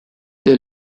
they